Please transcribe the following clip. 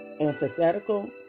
antithetical